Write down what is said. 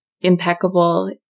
impeccable